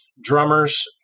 drummers